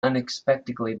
unexpectedly